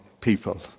people